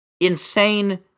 insane